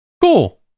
Cool